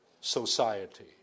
society